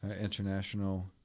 international